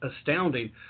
astounding